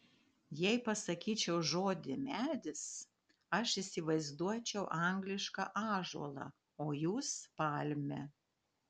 jei pasakyčiau žodį medis aš įsivaizduočiau anglišką ąžuolą o jūs palmę